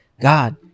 God